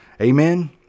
Amen